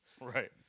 Right